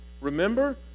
Remember